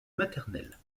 maternels